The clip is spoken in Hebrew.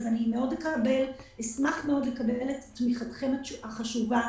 אני אשמח מאוד לקבל את תמיכתכם החשובה.